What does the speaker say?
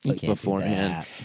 beforehand